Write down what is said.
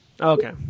Okay